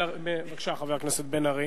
בבקשה, חבר הכנסת בן-ארי.